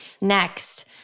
Next